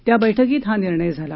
त्या बैठकीत हा निर्णय झाला